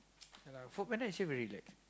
yeah lah Foodpanda actually very relax